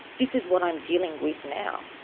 this is what i'm dealing with now.